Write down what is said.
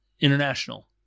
international